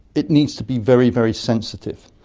it needs to be very, very sensitive,